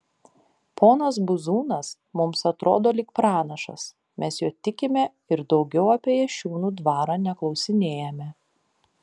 ponas buzūnas mums atrodo lyg pranašas mes juo tikime ir daugiau apie jašiūnų dvarą neklausinėjame